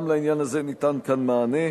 גם לעניין הזה ניתן כאן מענה.